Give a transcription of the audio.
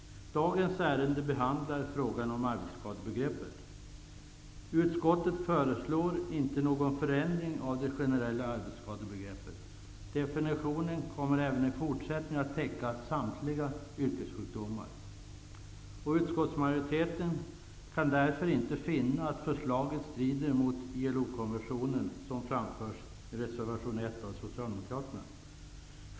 Dagens ärende behandlar frågan om arbetsskadebegreppet. Utskottet föreslår inte någon förändring av det generella arbetsskadebegreppet. Definitionen kommer även i fortsättningen att täcka samtliga yrkessjukdomar. Utskottsmajoriteten kan därför inte finna att förslaget strider mot ILO-konventionen, som anförs i reservation 1 av socialdemokraterna.